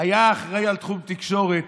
הוא היה אחראי לתחום תקשורת